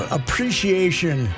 appreciation